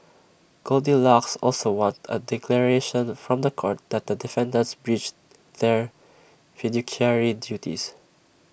goldilocks also wants A declaration from The Court that the defendants breached their fiduciary duties